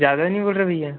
ज़्यादा नहीं बोल रहे भईया